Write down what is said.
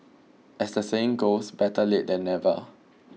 as the saying goes better late than never